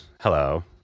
Hello